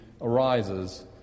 arises